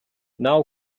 now